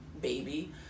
baby